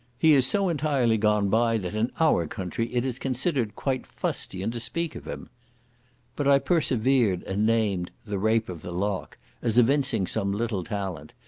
he is so entirely gone by, that in our country it is considered quite fustian to speak of him but i persevered, and named the rape of the lock as evincing some little talent,